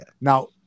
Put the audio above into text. now